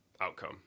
Outcome